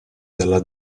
dalla